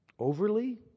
Overly